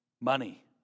money